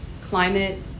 climate